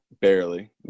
Barely